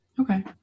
Okay